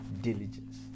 Diligence